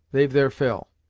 they've their fill,